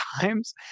times